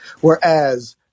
Whereas